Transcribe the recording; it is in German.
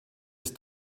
ist